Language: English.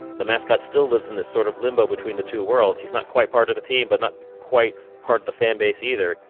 the mascot still lives in this sort of limbo between the two worlds he's not quite part of the team, but not quite part of the fanbase either.